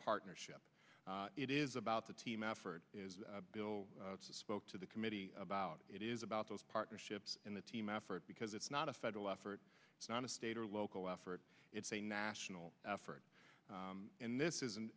partnership it is about the team effort bill spoke to the committee about it is about those partnerships and the team effort because it's not a federal effort it's not a state or local effort it's a national effort and this isn't